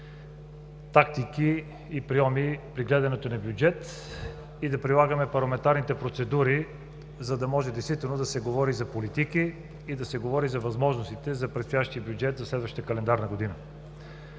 тактики и прийоми при гледането на бюджет и да прилагаме парламентарните процедури, за да може действително да се говори за политики и да се говори за възможностите за предстоящия бюджет за следващата календарна година.